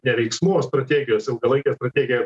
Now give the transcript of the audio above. ne veiksmų o strategijos ilgalaikė strategija